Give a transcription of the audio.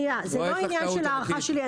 זה לא עניין של הערכה שלי,